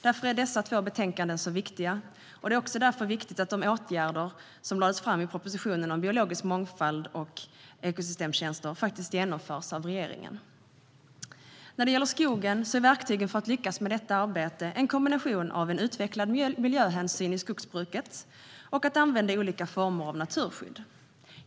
Därför är dessa två betänkanden så viktiga, och det är därför också viktigt att de åtgärder som lades fram i propositionen om biologisk mångfald och ekosystemtjänster faktiskt genomförs av regeringen. När det gäller skogen är verktygen för att lyckas med detta arbete en kombination av en utvecklad miljöhänsyn i skogsbruket och att använda olika former av naturskydd.